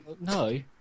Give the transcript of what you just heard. No